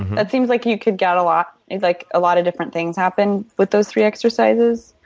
that seems like you could get a lot like lot of different things happen with those three exercises.